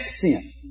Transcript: sin